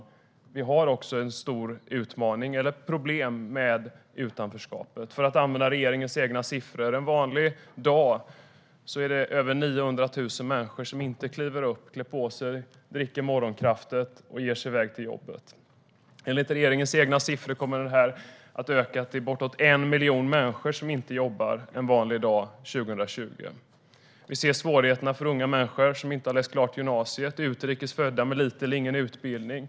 Vi har också en stor utmaning och problem med utanförskapet. För att använda regeringens egna siffror: En vanlig dag är det över 900 000 människor som inte kliver upp, klär på sig, dricker morgonkaffe och ger sig i väg till jobbet. Enligt regeringens egna siffror kommer antalet att öka till bortemot 1 miljon människor som inte jobbar en vanlig dag 2020. Vi ser svårigheterna för unga människor som inte har läst klart gymnasiet och för utrikes födda med lite eller ingen utbildning.